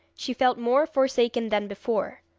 she felt more forsaken than before.